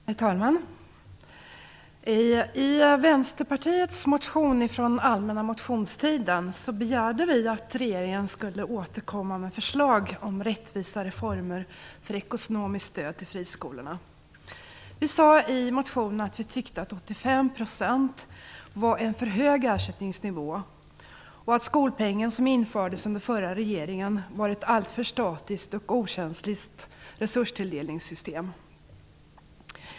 Herr talman! I en motion från Vänsterpartiet från den allmänna motionstiden begärde vi att regeringen skulle återkomma med förslag om rättvisare former för ekonomiskt stöd till friskolorna. Vi sade i motionen att vi tyckte att 85 % var en för hög ersättningsnivå och att skolpengen som infördes under den förra regeringen var ett alltför statiskt och okänsligt resurstilldelningssystem.